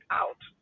out